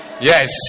Yes